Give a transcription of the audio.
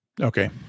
Okay